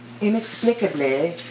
inexplicably